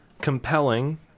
compelling